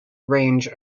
range